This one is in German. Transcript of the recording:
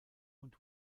und